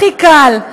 הכי קל.